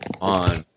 on